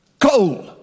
Coal